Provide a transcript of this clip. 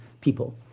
people